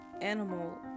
animal